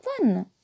one